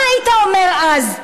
מה היית אומר אז?